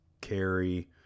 carry